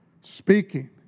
speaking